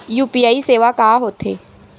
UPI सेवा का होथे?